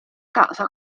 casa